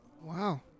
Wow